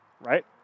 right